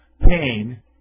Pain